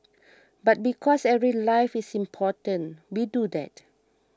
but because every life is important we do that